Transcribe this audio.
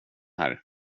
här